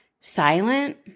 silent